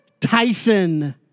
Tyson